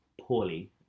poorly